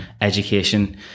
education